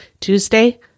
Tuesday